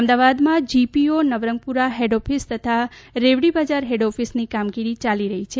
અમદાવાદમાં GPO Navrangpur head office તથા રેવડીબજાર હેડઓફિસની કામગીરી યાલી રહી છે